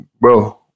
bro